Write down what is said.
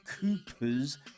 Cooper's